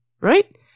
right